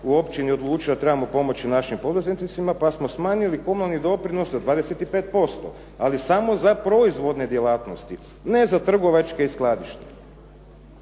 u općini odlučili da trebamo pomoći našim poduzetnicima pa smo smanjili komunalni doprinos za 25%, ali samo za proizvodne djelatnosti. Ne za trgovačke i skladišne.